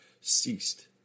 ceased